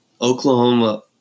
Oklahoma